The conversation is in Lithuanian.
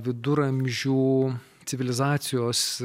viduramžių civilizacijos